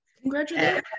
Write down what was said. congratulations